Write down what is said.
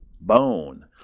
Bone